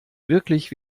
wirklich